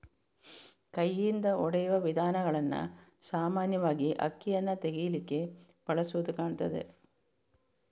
ಕೈಯಿಂದ ಹೊಡೆಯುವ ವಿಧಾನಗಳನ್ನ ಸಾಮಾನ್ಯವಾಗಿ ಅಕ್ಕಿಯನ್ನ ತೆಗೀಲಿಕ್ಕೆ ಬಳಸುದು ಕಾಣ್ತದೆ